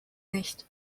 nicht